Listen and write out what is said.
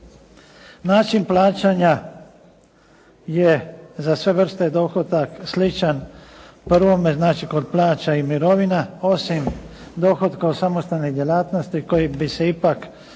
Način plaćanja je za sve vrste dohodaka sličan. U prvome, znači kod plaća i mirovina, osim dohotka od samostalnih djelatnosti koji bi se ipak